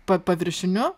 pa paviršiniu